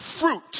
fruit